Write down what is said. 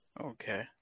Okay